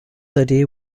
idea